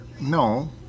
no